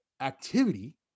activity